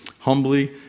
humbly